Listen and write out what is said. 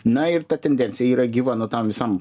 na ir ta tendencija yra gyva nuo tam visam